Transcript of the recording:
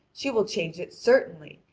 she will change it certainly,